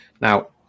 Now